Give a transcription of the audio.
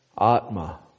Atma